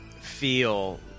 feel